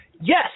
Yes